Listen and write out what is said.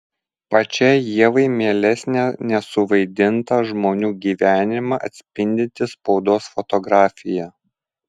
pačiai ievai mielesnė nesuvaidintą žmonių gyvenimą atspindinti spaudos fotografija